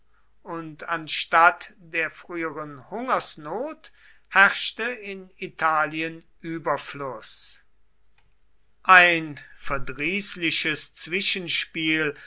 und anstatt der früheren hungersnot herrschte in italien überfluß ein verdrießliches zwischenspiel